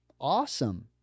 Awesome